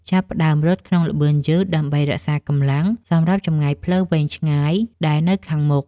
ចាប់ផ្ដើមរត់ក្នុងល្បឿនយឺត ដើម្បីរក្សាកម្លាំងសម្រាប់ចម្ងាយផ្លូវវែងឆ្ងាយដែលនៅខាងមុខ។